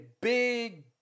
big